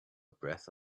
breath